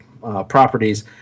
properties